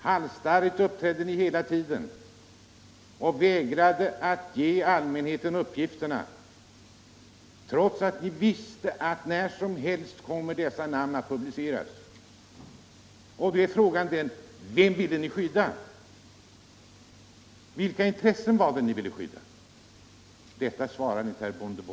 Halsstarrigt uppträdde ni hela tiden och vägrade att ge allmänheten uppgifterna, trots att ni visste att dessa namn när som helst skulle komma att publiceras. Då frågar man sig: Vem ville ni skydda? Vilka intressen ville ni skydda? På detta svarar inte herr Mundebo.